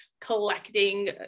collecting